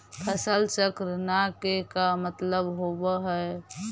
फसल चक्र न के का मतलब होब है?